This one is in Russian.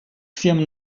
всем